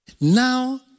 now